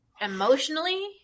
emotionally